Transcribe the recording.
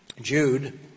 Jude